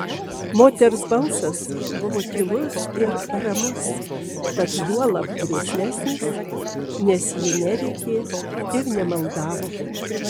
moters balsas buvo tylus ir ramus tad juolab grėslesnis nes ji nerėkė ir nemaldavo